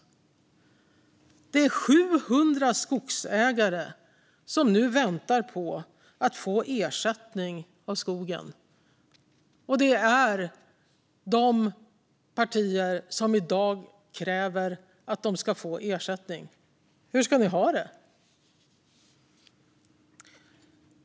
Det är 700 skogsägare som väntar på att få ersättning för skogen, och det är dessa partier som i dag kräver att de ska få ersättning. Hur ska de ha det?